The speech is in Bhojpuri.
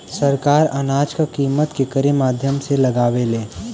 सरकार अनाज क कीमत केकरे माध्यम से लगावे ले?